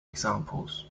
examples